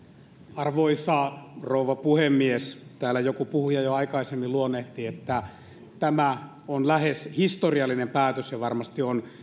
arvoisa rouva puhemies täällä joku puhuja jo aikaisemmin luonnehti että tämä on lähes historiallinen päätös ja varmasti on